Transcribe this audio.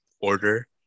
order